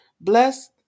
bless